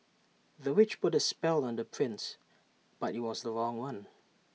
the witch put A spell on the prince but IT was the wrong one